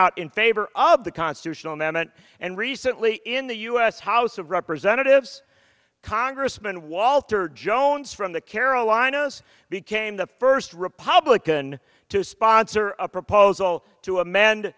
out in favor of the constitutional amendment and recently in the u s house of representatives congressman walter jones from the carolinas became the first republican to sponsor a proposal to amend